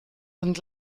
sind